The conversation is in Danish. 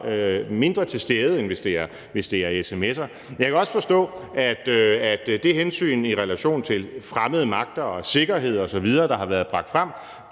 mindre til stede, end hvis det er sms'er. Jeg kan også forstå, at det hensyn i relation til fremmede magter og sikkerhed osv., som har været bragt frem,